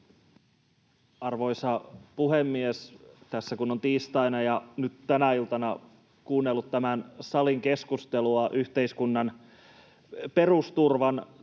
Arvoisa puhemies! Tässä yhteydessä, kun on tiistaina ja nyt tänä iltana kuunnellut tämän salin keskustelua yhteiskunnan perusturvan